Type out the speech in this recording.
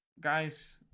guys